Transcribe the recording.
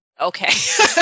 okay